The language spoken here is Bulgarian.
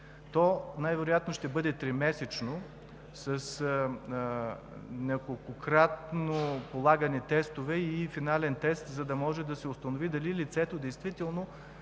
То най-вероятно ще бъде тримесечно с неколкократно полагани тестове и финален тест, за да може да се установи дали лицето действително